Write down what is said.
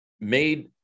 made